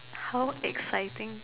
how exciting